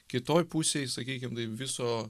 kitoj pusėj sakykim taip viso